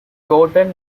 gordon